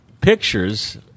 pictures